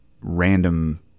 random